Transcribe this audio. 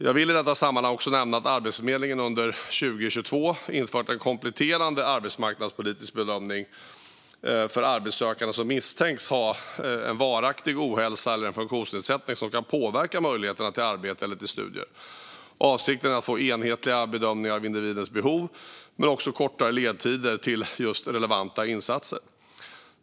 Jag vill i detta sammanhang också nämna att Arbetsförmedlingen under 2022 infört en kompletterande arbetsmarknadspolitisk bedömning för arbetssökande som misstänks ha en varaktig ohälsa eller en funktionsnedsättning som kan påverka möjligheterna till arbete eller studier. Avsikten är att få enhetliga bedömningar av individers behov men också kortare ledtider till relevanta insatser.